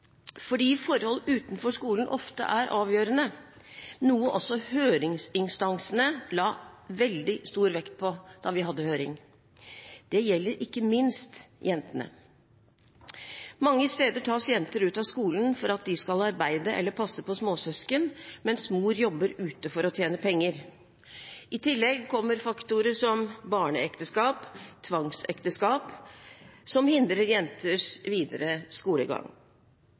fordi forhold utenfor skolen ofte er avgjørende, noe også høringsinstansene la veldig stor vekt på da vi hadde høring. Det gjelder ikke minst jentene. Mange steder tas jenter ut av skolen for at de skal arbeide eller passe på småsøsken mens mor jobber ute for å tjene penger. I tillegg kommer faktorer som barneekteskap, tvangsekteskap, som hindrer jenters videre skolegang.